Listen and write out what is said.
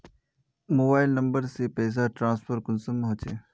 Mobile number से पैसा transfer कुंसम होचे?